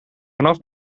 vanaf